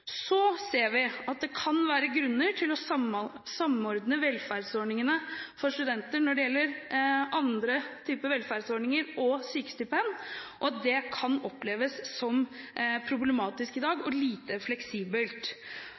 Så ser vi at det kan være grunner til å samordne velferdsordningene for studenter når det gjelder andre typer velferdsordninger og sykestipend, og at dette i dag kan oppleves som problematisk og lite fleksibelt.